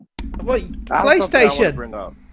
PlayStation